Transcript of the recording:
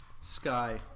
sky